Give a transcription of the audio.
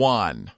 one